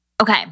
Okay